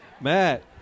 Matt